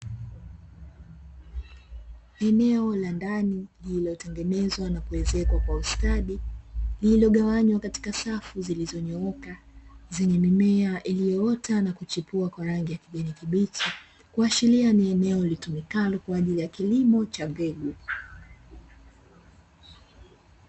Eneo la ndani lililotengenezwa na kuezekwa kwa ustadi lililogawanywa katika safu zilizonyooka zenye mimea iliyoota na kuchipua kwa rangi ya kijani kibichi, kuashiria ni eneo litumikalo kwa ajili ya kilimo cha mbegu.